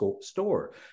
store